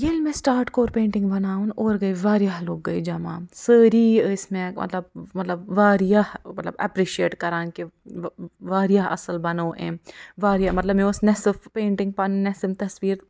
ییٚلہِ مےٚ سِٹارٹ کوٚر پینٹِنٛگ بناوُن اورٕ گٔے واریاہ لُکھ گٔے جمع سٲری ٲسۍ مےٚ مطلب مطلب واریاہ ایپرِشیٹ مطلب کَران کہِ وۅنۍ واریاہ اَصٕل بنوو أمۍ واریاہ مطلب مےٚ ٲس نٮ۪صف پینٹِنٛگ پَنٕنۍ نٮ۪صف تصویٖر